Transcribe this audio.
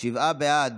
שבעה בעד,